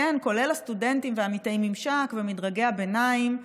כולל סטודנטים ועמיתי ממשק ומדרגי הביניים,